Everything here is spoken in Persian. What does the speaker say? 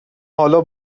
حالا